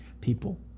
people